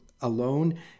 alone